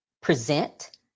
present